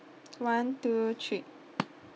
one two three